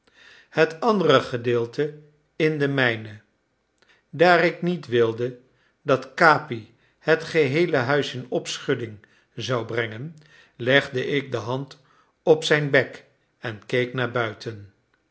het andere gedeelte in de mijne daar ik niet wilde dat capi het geheele huis in opschudding zou brengen legde ik de hand op zijn bek en keek naar buiten